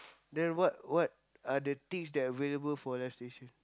then what what are the things that available for live station